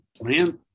plant